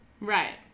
right